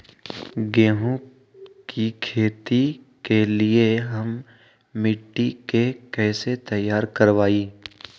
गेंहू की खेती के लिए हम मिट्टी के कैसे तैयार करवाई?